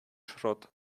schrott